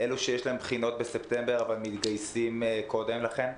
אלו שיש להם בחינות בספטמבר אבל מתגייסים קודם לכן?